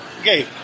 Okay